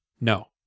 No